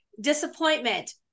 disappointment